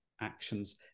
actions